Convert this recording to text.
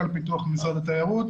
משרד התיירות,